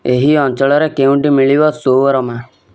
ଏହି ଅଞ୍ଚଳରେ କେଉଁଠି ମିଳିବ ଶୱରମା